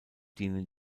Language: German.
dienen